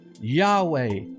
Yahweh